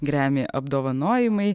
gremi apdovanojimai